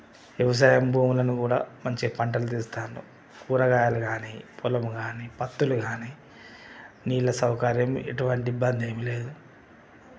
వ్యవసాయ భూములను గూడా మంచి పంటలు తీస్తాడ్రు కూరగాయలు గానీ పొలము గానీ పత్తులు గానీ నీళ్ళ సౌకర్యం ఎటువంటి ఇబ్బందేం లేదు